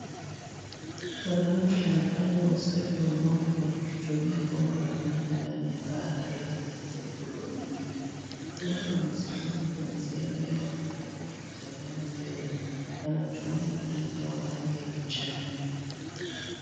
Mwanamke anafanya usafi wa ngombe Kwa kutumia bomba la maji ndani ya banda lenye mifugo mengine . Ngombe wamesimama kwenye sehemu yao maalum wakitazama mbele na wanatumia miricha wa rangi ya kijani.